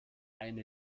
eine